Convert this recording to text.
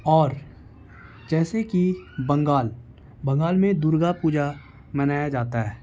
اور جیسے کہ بنگال بنگال میں درگا پوجا منایا جاتا ہے